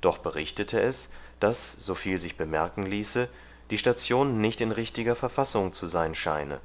doch berichtete es daß soviel sich bemerken ließe die station nicht in richtiger verfassung zu sein scheine